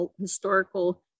historical